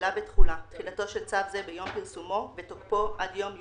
תחילה ותחולה תחילתו של צו זה ביום פרסומו ותוקפו עד יום יא'